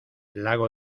lago